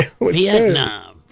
Vietnam